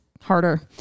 harder